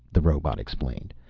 the robot explained.